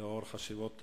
לאור חשיבות הנושא.